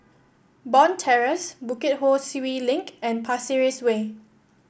Bond Terrace Bukit Ho Swee Link and Pasir Ris Way